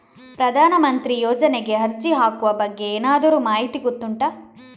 ಪ್ರಧಾನ ಮಂತ್ರಿ ಯೋಜನೆಗೆ ಅರ್ಜಿ ಹಾಕುವ ಬಗ್ಗೆ ಏನಾದರೂ ಮಾಹಿತಿ ಗೊತ್ತುಂಟ?